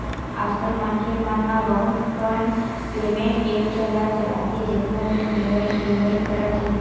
आजकल मनखे मन ह बहुत कन पेमेंट ऐप्स ल चलाथे जेखर ले लेवइ देवइ करत हे